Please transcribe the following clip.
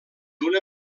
una